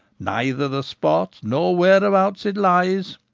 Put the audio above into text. neither the spot nor whereabouts it lies,